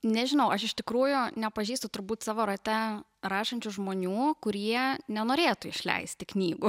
nežinau aš iš tikrųjų nepažįstu turbūt savo rate rašančių žmonių kurie nenorėtų išleisti knygų